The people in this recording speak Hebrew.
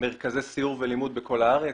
מרכזי סיור ולימוד בכל הארץ,